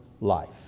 life